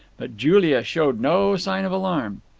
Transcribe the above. but julia showed no sign of alarm.